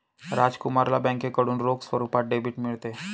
राजकुमारला बँकेकडून रोख स्वरूपात डेबिट मिळते